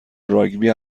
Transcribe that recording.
راگبی